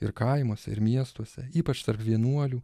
ir kaimuose ir miestuose ypač tarp vienuolių